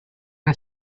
are